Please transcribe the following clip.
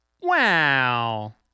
Wow